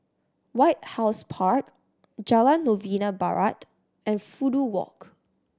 White House Park Jalan Novena Barat and Fudu Walk